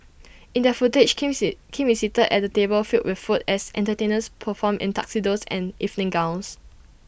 in that footage Kim seat Kim is seated at A table filled with food as entertainers perform in tuxedos and evening gowns